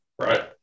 right